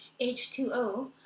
H2O